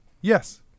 yes